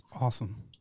Awesome